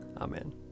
Amen